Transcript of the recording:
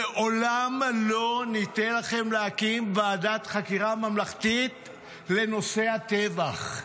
לעולם לא ניתן לכם להקים ועדת חקירה ממלכתית לנושא הטבח.